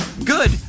Good